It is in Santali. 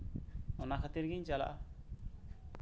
ᱚᱱᱟ ᱠᱷᱟᱹᱛᱤᱨ ᱜᱤᱧ ᱪᱟᱞᱟᱜᱼᱟ